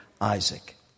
Isaac